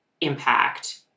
impact